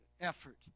effort